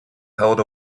held